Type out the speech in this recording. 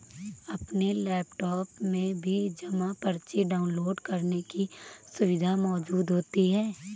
अपने लैपटाप में भी जमा पर्ची डाउनलोड करने की सुविधा मौजूद होती है